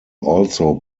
also